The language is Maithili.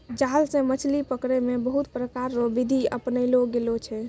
जाल से मछली पकड़ै मे बहुत प्रकार रो बिधि अपनैलो गेलो छै